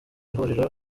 ihuriro